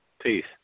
Peace